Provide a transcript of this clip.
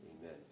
Amen